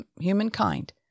humankind